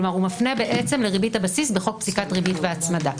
כלומר הוא מפנה לריבית הבסיס בחוק פסיקת ריבית והצמדה.